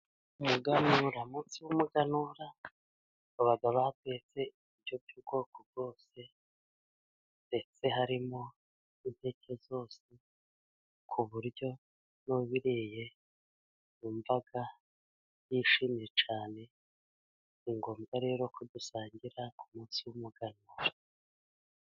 Umuganura, umunsi w'umuganura baba batetse ibiryo by'ubwoko bwose, ndetse harimo impeke zose ku buryo n'ubiriye yumva yishimye cyane. Ni ngombwa rero ko dusangira ku munsi w'umuganura.